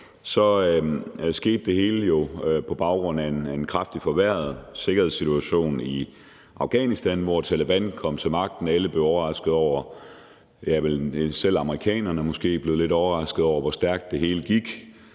så skete det hele på baggrund af en kraftigt forværret sikkerhedssituation i Afghanistan, hvor Taleban kom til magten. Alle blev overraskede over – ja, vel selv amerikanerne blev måske lidt